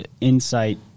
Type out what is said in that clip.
insight